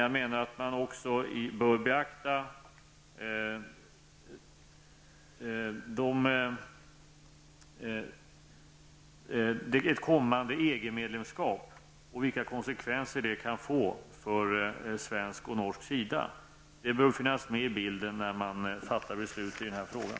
Jag menar dock att man också bör beakta ett kommande EG-medlemskap och vilka konsekvenser ett sådant kan få för Sverige och Norge. De bör finnas med i bilden när man fattar besluten i frågan.